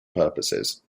purposes